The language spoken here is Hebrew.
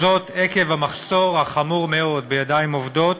זאת, עקב המחסור החמור מאוד בידיים עובדות